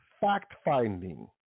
fact-finding